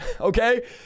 okay